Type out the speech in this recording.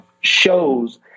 shows